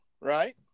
right